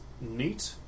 neat